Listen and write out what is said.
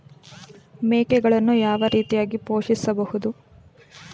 ಮೇಕೆಗಳನ್ನು ಯಾವ ರೀತಿಯಾಗಿ ಪೋಷಿಸಬಹುದು?